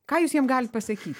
ką jūs jiem galit pasakyti